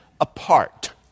apart